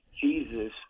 Jesus